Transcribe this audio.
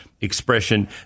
expression